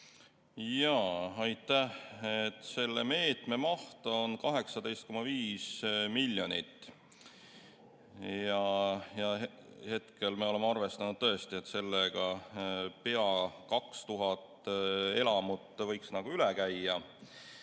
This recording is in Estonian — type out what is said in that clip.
Aitäh! Selle meetme maht on 18,5 miljonit. Ja hetkel me oleme arvestanud tõesti, et sellega pea 2000 elamut võiks üle käia.